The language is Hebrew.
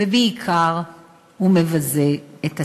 ובעיקר הוא מבזה את הציבור.